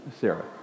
Sarah